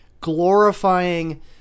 glorifying